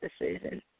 decision